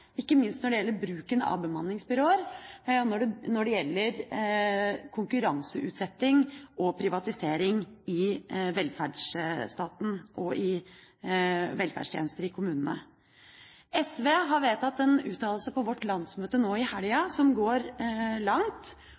ikke minst når det gjelder bruken av bemanningsbyråer, når det gjelder konkurranseutsetting og privatisering av velferdstjenester i kommunene. SV har vedtatt en uttalelse på sitt landsmøte nå i helgen som går langt,